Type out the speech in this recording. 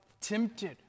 tempted